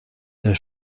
der